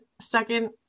second